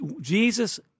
Jesus